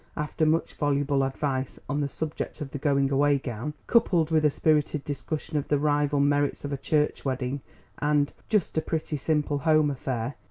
after much voluble advice on the subject of the going-away gown, coupled with a spirited discussion of the rival merits of a church wedding and just a pretty, simple home affair,